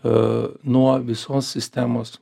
a nuo visos sistemos